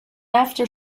after